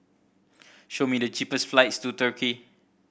show me the cheapest flights to Turkey